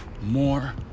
more